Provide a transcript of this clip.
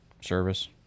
Service